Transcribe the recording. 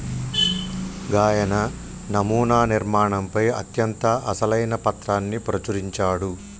గాయన నమునా నిర్మాణంపై అత్యంత అసలైన పత్రాన్ని ప్రచురించాడు